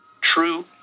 true